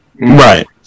Right